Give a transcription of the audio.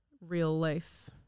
real-life